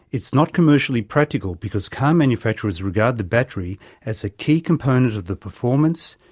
it's not commercially practical because car manufacturers regard the battery as a key component of the performance,